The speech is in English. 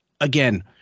again